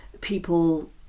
people